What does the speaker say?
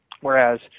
Whereas